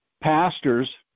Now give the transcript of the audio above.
pastors